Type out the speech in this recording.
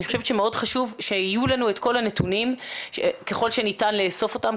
מאוד חשוב שיהיו לנו את כל הנתונים ככל שניתן לאסוף אותם,